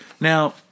Now